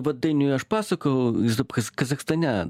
vat dainiui aš pasakojau izub kaz kazachstane